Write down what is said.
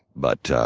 but